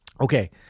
Okay